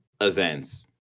events